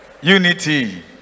Unity